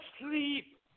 sleep